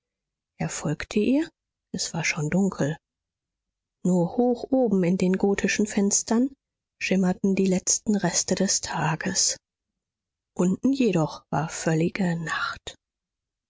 folgte ihr es war schon dunkel nur hoch oben in den gotischen fenstern schimmerten die letzten reste des tages unten jedoch war völlige nacht